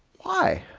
why?